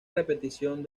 repetición